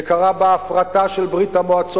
זה קרה בהפרטה של ברית-המועצות,